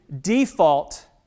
default